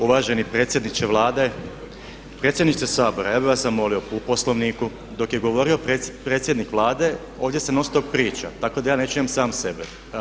Uvaženi predsjedniče Vlade, predsjedniče Sabora ja bi vas zamolio po Poslovniku dok je govorio predsjednik Vlade ovdje se non stop priča, tako da ja ne čujem sam sebe.